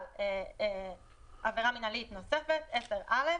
אבל עבירה מנהלית נוספת (10א)